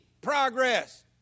progress